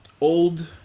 old